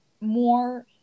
more